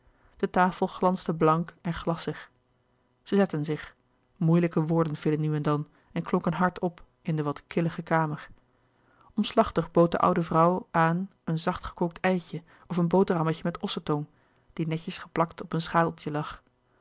de tafel glansde blank en glassig zij zetten zich moeilijke woorden vielen nu en dan en klonken hard op in de wat killige kamer omslachtig bood de oude vrouw aan een zacht gekookt eitje of een boterhammetje met osse tong die netjes geplakt op een schaaltje lag